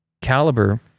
caliber